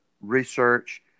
research